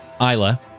Isla